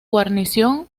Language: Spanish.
guarnición